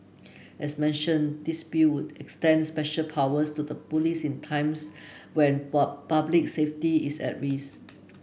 as mentioned this Bill would extend special powers to the police in times when public safety is at risk